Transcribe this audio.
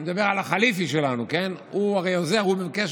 אני רוצה